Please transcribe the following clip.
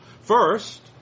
First